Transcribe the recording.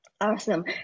Awesome